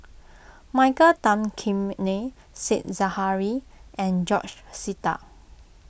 Michael Tan Kim Nei Said Zahari and George Sita